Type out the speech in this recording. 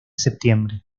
septiembre